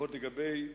לפחות לגבי